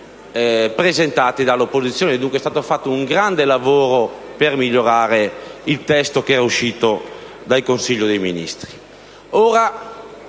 presentati anche dall'opposizione. Quindi è stato fatto un grande lavoro per migliorare il testo approvato dal Consiglio dei ministri.